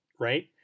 right